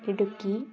Idukki